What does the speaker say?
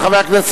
44 בעד,